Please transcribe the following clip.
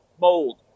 mold